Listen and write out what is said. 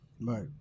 right